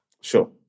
Sure